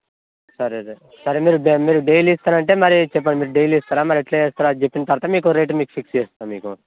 సరే సార్ సరే మీరు మీరు డైలీ ఇస్తాను అంటే మరి చెప్పండి మరి డైలీ ఇస్తారా మరి ఎలా చేస్తారో అది చెప్పిన తరువాత మీకు ఓ రేట్ మీకు ఫిక్స్ చేస్తాను మీకు